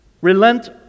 Relent